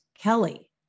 Kelly